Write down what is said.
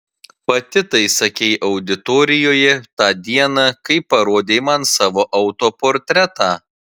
pati tai sakei auditorijoje tą dieną kai parodei man savo autoportretą